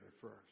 first